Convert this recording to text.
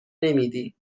نمیدی